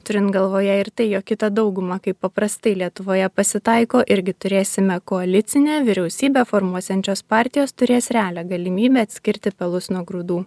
turint galvoje ir tai jog kita dauguma kaip paprastai lietuvoje pasitaiko irgi turėsime koalicinę vyriausybę formuojančios partijos turės realią galimybę atskirti pelus nuo grūdų